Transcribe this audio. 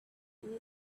many